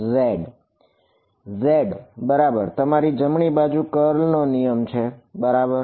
z બરાબર તમારી જમણી બાજુ કર્લ નો નિયમ છે બરાબર